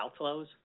outflows